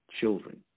children